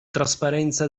trasparenza